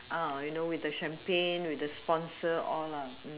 you know with the champaign with the sponsor all lah